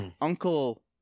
Uncle